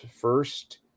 first